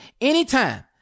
anytime